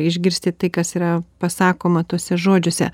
išgirsti tai kas yra pasakoma tuose žodžiuose